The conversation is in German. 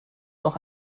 noch